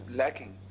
lacking